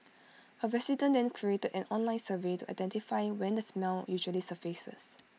A resident then created an online survey to identify when the smell usually surfaces